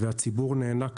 והציבור נאנק